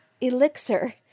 Elixir